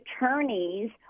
attorneys